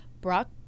Brock